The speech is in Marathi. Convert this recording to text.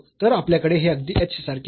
तर आपल्याकडे हे अगदी h सारखे आहे